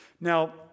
Now